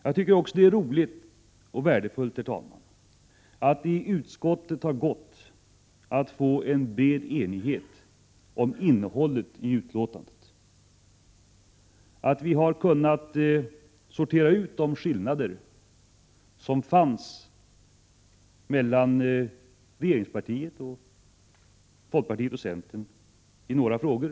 Jag tycker också att det är roligt och värdefullt, herr talman, att det i utskottet har gått att få en bred enighet om innehållet i betänkandet, att vi har kunnat sortera ut de skillnader som fanns mellan regeringspartiet och folkpartiet och centern i några frågor.